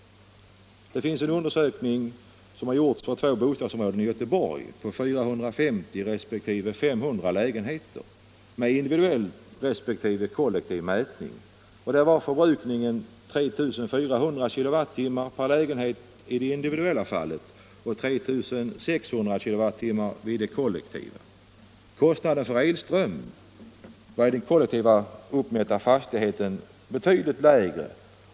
Enligt en undersökning som gjorts för två bostadsområden i Göteborg på 450 och 500 lägenheter med individuell resp. kollektiv mätning var förbrukningen 3 400 kilowattimmar per lägenhet i det individuella fallet och 3 600 kilowattimmar i det var emellertid lägre.